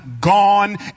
gone